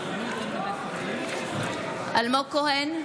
בעד אלמוג כהן,